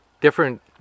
different